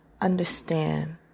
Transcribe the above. understand